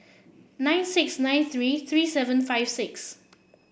nine six nine three three seven five six